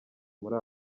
muri